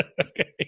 Okay